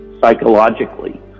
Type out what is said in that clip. psychologically